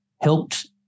helped